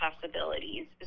possibilities